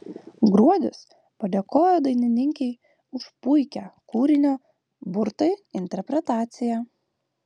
gruodis padėkojo dainininkei už puikią kūrinio burtai interpretaciją